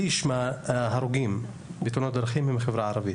שליש מההורגים בתאונות דרכים הם מהחברה הערבית.